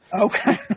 Okay